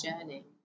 journey